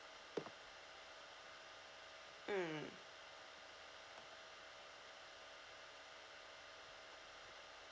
mm